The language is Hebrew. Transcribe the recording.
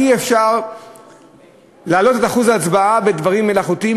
אי-אפשר להעלות את אחוז ההצבעה בדברים מלאכותיים,